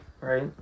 right